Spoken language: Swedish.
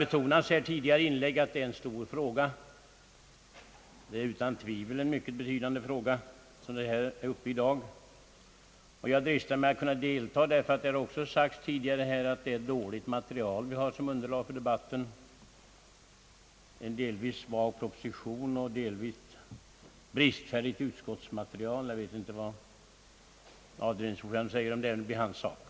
I tidigare inlägg har här betonats att det är en stor fråga som är uppe i dag, och jag dristar mig till att delta i diskussionen därför att det också har sagts att det är dåligt material vi har som underlag för debatten — delvis svag proposition och delvis bristfälligt utskottsmaterial. Jag vet inte vad avdelningsordföranden säger om det, men det blir hans sak.